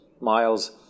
miles